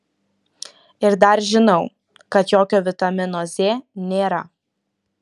ir dar žinau kad jokio vitamino z nėra